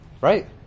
Right